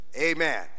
Amen